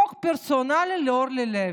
חוק פרסונלי לאורלי לוי.